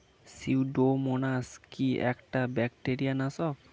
Pseudomonas কি একটা bacteria নাশক?